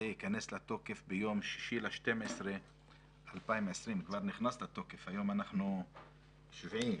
נכנס לתוקף כבר ביום 6 בדצמבר 2020. היום אנחנו ב-7,